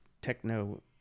techno